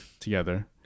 together